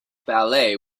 ballet